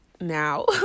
now